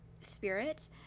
spirit